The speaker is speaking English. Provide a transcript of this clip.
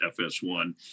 FS1